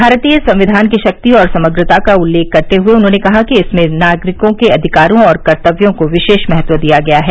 भारतीय संविधान की शक्ति और समग्रता का उल्लेख करते हुए उन्होंने कहा कि इसमें नागरिकों के अधिकारों और कर्तव्यों को विशेष महत्व दिया गया है